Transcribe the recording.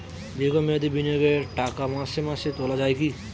দীর্ঘ মেয়াদি বিনিয়োগের টাকা মাসে মাসে তোলা যায় কি?